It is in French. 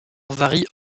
varie